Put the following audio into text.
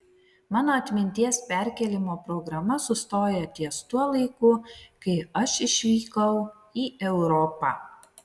mano atminties perkėlimo programa sustoja ties tuo laiku kai aš išvykau į europą